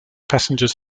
passengers